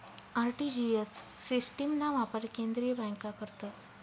RTGS सिस्टिमना वापर केंद्रीय बँका करतस